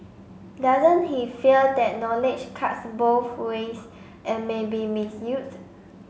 doesn't he fear that knowledge cuts both ways and may be misused